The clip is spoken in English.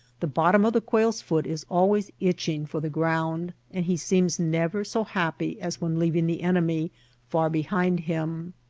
the bottom of the quaifs foot is always itching for the ground and he seems never so happy as when leaving the enemy far behind him.